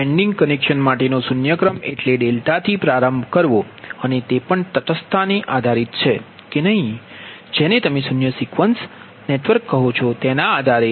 winding connection માટેનો શૂન્ય ક્રમ એટલે ડેલ્ટા થી પ્રારંભ કરવો અને તે પણ તટસ્થો ને આધારિત છે કે નહીં તેના પર જેને તમે શૂન્ય સિક્વન્સ નેટવર્ક કહો છો તેના આધારે